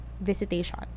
visitation